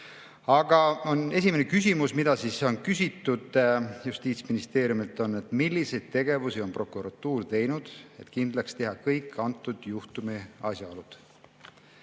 Aga esimene küsimus, mida on küsitud Justiitsministeeriumilt: "Milliseid tegevusi on prokuratuur teinud, et kindlaks teha kõik antud juhtumi asjaolud?"